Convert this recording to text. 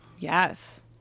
Yes